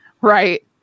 right